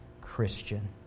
Christian